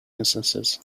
instances